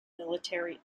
military